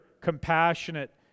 compassionate